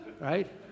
right